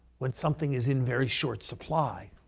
when something is in very short supply,